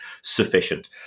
sufficient